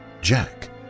Jack